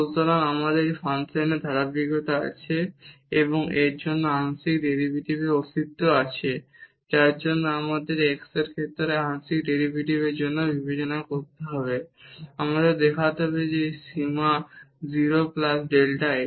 সুতরাং আমাদের এই ফাংশনের ধারাবাহিকতা আছে এবং এর জন্য আংশিক ডেরিভেটিভের অস্তিত্বও আছে যার জন্য আমাদের x এর ক্ষেত্রে আংশিক ডেরিভেটিভের জন্য বিবেচনা করতে হবে আমাদের দেখাতে হবে যে এই সীমা 0 প্লাস ডেল্টা x